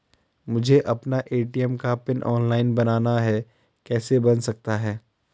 मुझे अपना ए.टी.एम का पिन ऑनलाइन बनाना है कैसे बन सकता है?